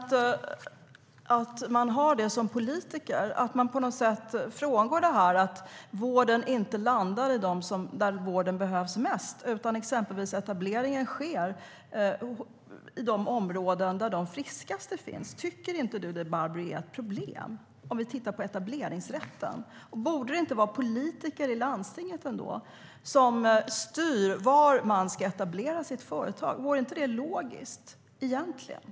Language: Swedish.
Men det är konstigt att politiker har det och att det på något sätt frångås att vården ska landa där vården behövs mest. Etableringen sker då till exempel i områden där de friskaste finns.